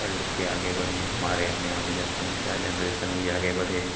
पढ़ लिखकर आगे बढ़ें हमारे आने वाली जनसंख्या जनरेसन भी आगे बढ़ें